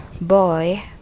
boy